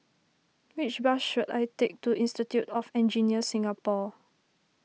which bus should I take to Institute of Engineers Singapore